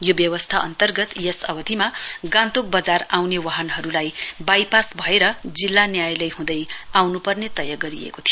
यो व्यवस्था अन्तर्गत यस अवधिमा गान्तोक बजार आउने बाहनहरूलाई बाईपास भएर जिल्ला न्यायालय हुँदै आउनुपर्ने तय गरिएको थियो